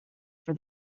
for